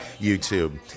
YouTube